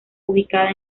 ubicada